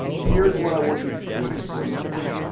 here's what i want you to do for homework,